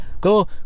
Go